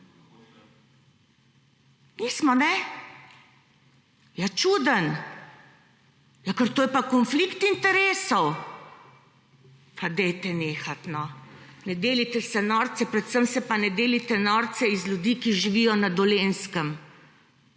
Nismo. Ja, čudno?! Ker to je pa konflikt interesov. Dajte nehati no! Ne delajte se norca, predvsem pa se ne delajte norca iz ljudi, ki živijo na Dolenjskem.